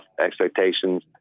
expectations